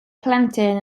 plentyn